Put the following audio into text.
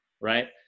Right